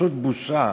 פשוט בושה.